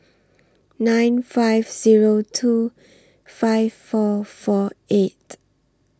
nine five Zero two five four four eight